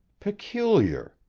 peculiar!